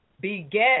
beget